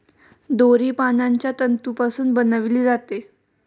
दोरी पानांच्या तंतूपासून बनविली जाते